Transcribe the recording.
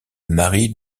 marie